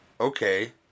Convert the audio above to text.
okay